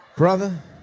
Brother